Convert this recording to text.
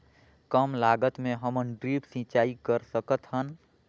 कम लागत मे हमन ड्रिप सिंचाई कर सकत हन?